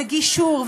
וגישור,